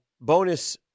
bonus